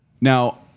Now